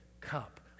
cup